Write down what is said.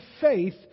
faith